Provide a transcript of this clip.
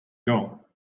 goal